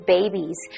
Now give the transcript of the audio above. Babies